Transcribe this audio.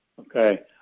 Okay